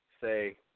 say